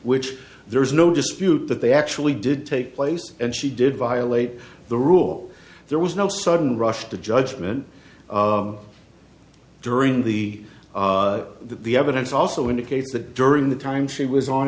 which there is no dispute that they actually did take place and she did violate the rule there was no sudden rush to judgment of during the the evidence also indicates that during the time she was on